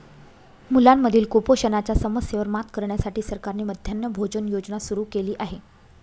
मुलांमधील कुपोषणाच्या समस्येवर मात करण्यासाठी सरकारने मध्यान्ह भोजन योजना सुरू केली आहे